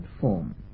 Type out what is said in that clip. form